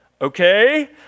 okay